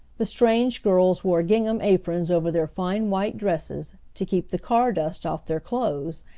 the strange girls wore gingham aprons over their fine white dresses, to keep the car dust off their clothes,